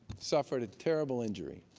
suffered a terrible injury.